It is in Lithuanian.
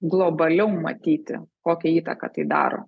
globaliau matyti kokią įtaką tai daro